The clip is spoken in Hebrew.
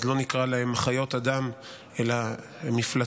אז לא נקרא להם חיות אדם אלא מפלצות,